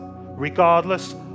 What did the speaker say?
Regardless